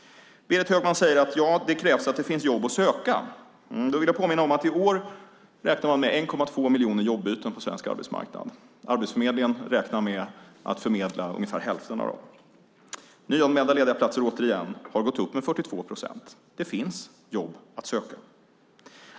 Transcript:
Berit Högman säger att det krävs att det finns jobb att söka. Då vill jag påminna om att man i år räknar med 1,2 miljoner jobbyten på svensk arbetsmarknad. Arbetsförmedlingen räknar med att förmedla ungefär hälften av dem. Antalet nyanmälda lediga platser har alltså gått upp med 42 procent. Det finns jobb att söka.